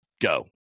Go